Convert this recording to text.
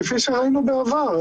כפי שראינו בעבר,